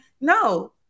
No